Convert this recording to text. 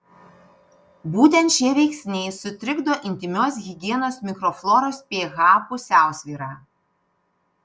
būtent šie veiksniai sutrikdo intymios higienos mikrofloros ph pusiausvyrą